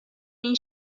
این